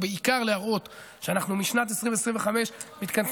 ובעיקר להראות שאנחנו משנת 2025 מתכנסים